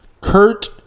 Kurt